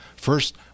First